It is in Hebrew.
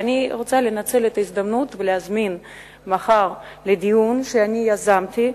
ואני רוצה לנצל את ההזדמנות ולהזמין לדיון שאני יזמתי